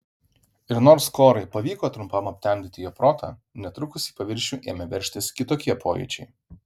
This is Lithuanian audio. ir nors korai pavyko trumpam aptemdyti jo protą netrukus į paviršių ėmė veržtis kitokie pojūčiai